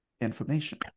information